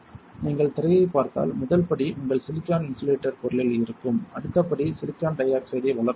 நீங்கள் திரையைப் பார்த்தால் முதல் படி உங்கள் சிலிக்கான் இன்சுலேட்டர் பொருளில் இருக்கும் அடுத்த படி சிலிக்கான் டை ஆக்சைடை வளர்ப்பதாகும்